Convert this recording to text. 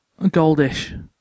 Goldish